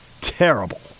terrible